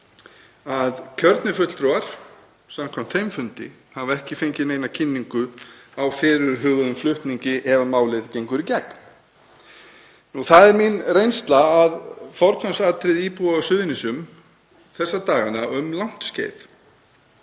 að kjörnir fulltrúar, samkvæmt þeim fundi, hafa ekki fengið neina kynningu á fyrirhuguðum flutningi ef málið gengur í gegn. Það er mín reynsla að forgangsatriði íbúa á Suðurnesjum þessa dagana, og um langt skeið,